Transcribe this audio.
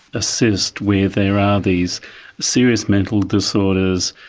assist where there are these serious mental disorders,